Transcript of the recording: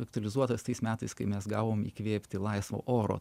aktualizuotas tais metais kai mes gavom įkvėpti laisvo oro